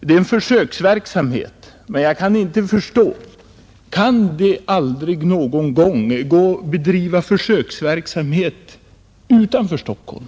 Det är en försöksverksamhet, men jag kan inte förstå varför det aldrig går att bedriva försöksverksamhet utanför Stockholm.